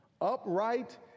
upright